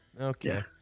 Okay